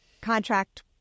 contract